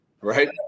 Right